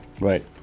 Right